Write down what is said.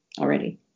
already